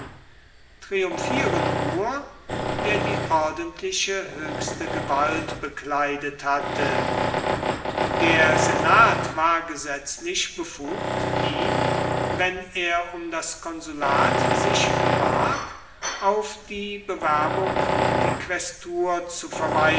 triumphieren nur wer die ordentliche höchste gewalt bekleidet hatte der senat war gesetzlich befugt ihn wenn er um das konsulat sich bewarb auf die bewerbung um die quästur zu